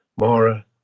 Maura